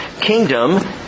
kingdom